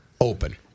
open